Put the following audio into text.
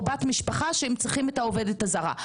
בת משפחה שהם צריכים את העובדת הזרה.